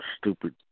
stupid